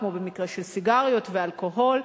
כמו במקרה של סיגריות ואלכוהול,